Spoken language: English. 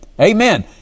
Amen